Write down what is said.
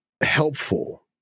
helpful